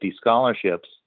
scholarships